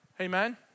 Amen